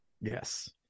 Yes